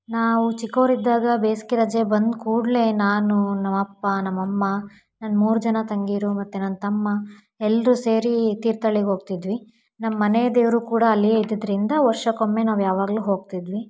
ನಾವು ಚಿಕ್ಕವ್ರಿದ್ದಾಗ ಬೇಸಿಗೆ ರಜೆ ಬಂದ ಕೊಡಲೇ ನಾನು ನಮ್ಮ ಅಪ್ಪ ನಮ್ಮ ಅಮ್ಮ ನನ್ನ ಮೂರು ಜನ ತಂಗಿಯರು ಮತ್ತು ನನ್ನ ತಮ್ಮ ಎಲ್ಲರೂ ಸೇರಿ ತೀರ್ಥಳ್ಳಿಗೆ ಹೋಗ್ತಿದ್ವಿ ನಮ್ಮ ಮನೆದೇವರು ಕೂಡ ಅಲ್ಲೇ ಇದ್ದಿದ್ದರಿಂದ ವರ್ಷಕ್ಕೊಮ್ಮೆ ನಾವು ಯಾವಾಗಲೂ ಹೋಗ್ತಿದ್ವಿ